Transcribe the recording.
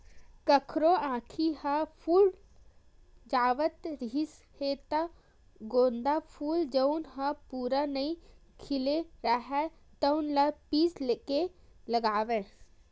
कखरो आँखी ह फूल जावत रिहिस हे त गोंदा फूल जउन ह पूरा नइ खिले राहय तउन ल पीस के लगावय